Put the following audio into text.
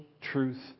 truth